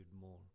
more